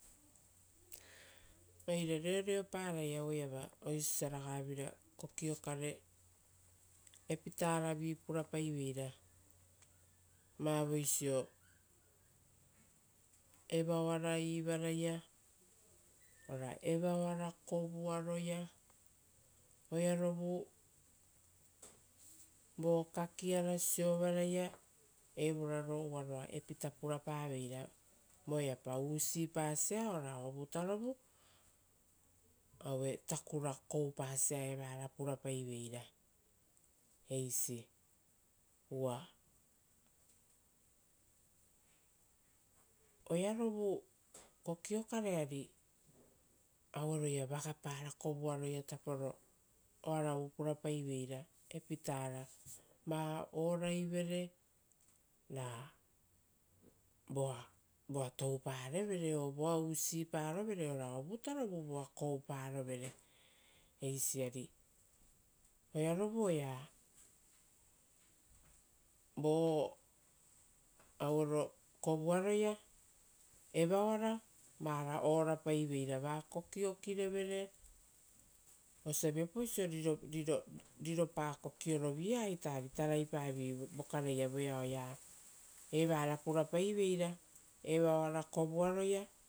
Oire reoreparai aueiava, oisiosa ragavira kokio kare epitaravi purapaiveira vavoisio evaoara ivaraia ora evaoara kovuaroia, oearovu vo kakiara siovaraia evoraro uvaroa epita purapaveira voeapa usipa ora ovutarovu aue takura koupasia evara purapaiveira eisi uva oearovu kokio kare ari aueroia vagapara kovuaroia taporo oaravu purapaiveira epitara. Vara ora ivere ra voa touparevere ora voa usiparovere, ora ovutarovu voa kouparovere eisi ari oearovu oea vo auero kovuaroia evaoara vara orapaiveira. Va kokiokirevere ari taraipaviei vokareia voeao oea evara purapaiveira evaoara kovuaroia